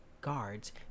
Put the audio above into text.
guards